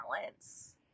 balance